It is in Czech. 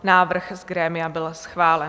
Návrh z grémia byl schválen.